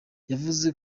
yavuze